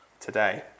today